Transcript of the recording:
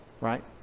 right